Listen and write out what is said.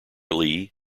lee